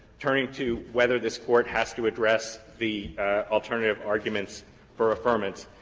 turning to whether this court has to address the alternative arguments for affirmance,